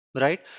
right